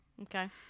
Okay